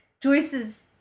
Joyce's